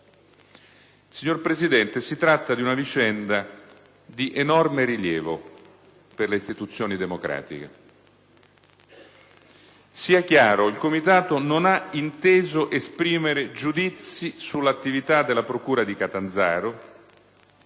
Signor Presidente, si tratta di una vicenda di enorme rilievo per le istituzioni democratiche. Sia chiaro: il Comitato non ha inteso esprimere giudizi sull'attività della procura di Catanzaro